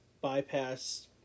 bypass